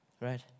Right